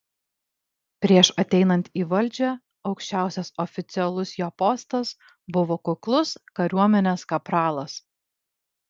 prieš ateinant į valdžią aukščiausias oficialus jo postas buvo kuklus kariuomenės kapralas